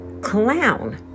clown